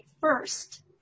first